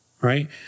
right